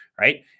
right